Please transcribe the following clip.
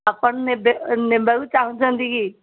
ଆପଣ ନେବେ ନେବାକୁ ଚାହୁଁଛନ୍ତି କି